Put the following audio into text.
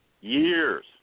Years